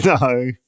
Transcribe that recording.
No